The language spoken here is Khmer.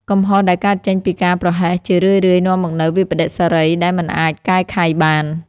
កំហុសដែលកើតចេញពីការប្រហែស ជារឿយៗនាំមកនូវវិប្បដិសារីដែលមិនអាចកែខៃបាន។